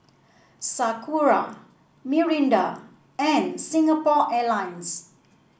Sakura Mirinda and Singapore Airlines